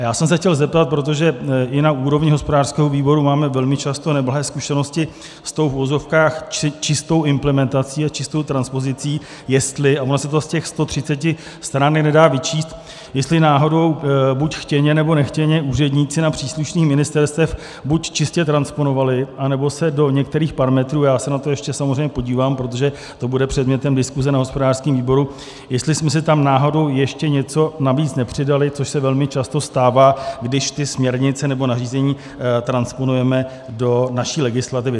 Já jsem se chtěl zeptat, protože i na úrovni hospodářského výboru máme velmi často neblahé zkušenosti s tou v uvozovkách čistou implementací a čistou transpozicí, jestli a ono se to z těch 130 stran nedá vyčíst jestli náhodou buď chtěně, nebo nechtěně úředníci na příslušných ministerstvech buď čistě transponovali, anebo se do některých parametrů, já se na to samozřejmě ještě podívám, protože to bude předmětem diskuse na hospodářském výboru, jestli jsme si tam náhodou ještě něco navíc nepřidali, což se velmi často stává, když ty směrnice nebo nařízení transponujeme do naší legislativy.